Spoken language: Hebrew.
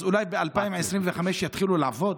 אז אולי ב-2025 יתחילו לעבוד.